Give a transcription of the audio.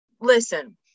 Listen